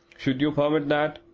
should you permit that,